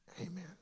Amen